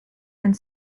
and